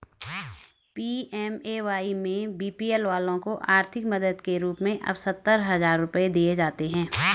PMAY में BPL वालों को आर्थिक मदद के रूप में अब सत्तर हजार रुपये दिए जाते हैं